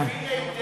אני מבין היטב.